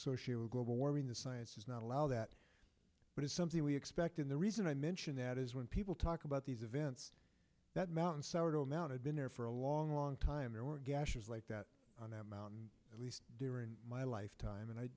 with global warming the science does not allow that but it's something we expect in the reason i mention that is when people talk about these events that mountain sourdough mounted been there for a long long time there were gashes like that on that mountain at least during my lifetime and i